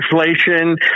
inflation